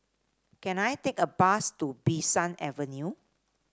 can I take a bus to Bee San Avenue